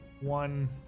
one